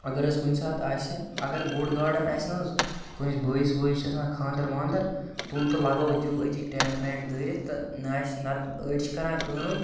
اگر حظ کُنہِ ساتہٕ آسہِ اگر بوٚڈ گارڈَن آسہِ نہَ حظ کٲنٛسہِ بٲیِس وٲیِس چھِ آسان خانٛدَر وانٛدَر تُل تہٕ لَگوو دِیِو أتی ٹٮ۪نٛٹ وٮ۪نٛٹ دٲرِتھ تہٕ نہَ آسہِ نَتہٕ أڑۍ چھِ کَران کٲم